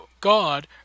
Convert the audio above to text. God